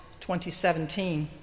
2017